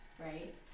right